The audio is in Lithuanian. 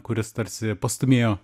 kuris tarsi pastūmėjo